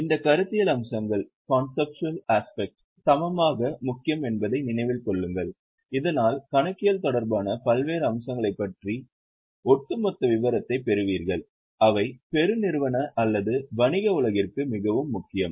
இந்த கருத்தியல் அம்சங்கள் சமமாக முக்கியம் என்பதை நினைவில் கொள்ளுங்கள் இதனால் கணக்கியல் தொடர்பான பல்வேறு அம்சங்களைப் பற்றிய ஒட்டுமொத்த விவரத்தை பெறுவீர்கள் அவை பெருநிறுவன அல்லது வணிக உலகிற்கு மிகவும் முக்கியம்